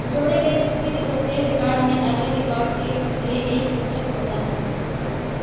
जोड़ी गई सूची के प्रत्येक रिकॉर्ड में अगले रिकॉर्ड के लिए एक सूचक होता है